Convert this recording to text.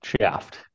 shaft